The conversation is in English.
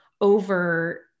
over